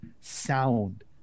sound